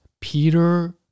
peter